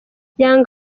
young